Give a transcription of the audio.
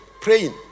praying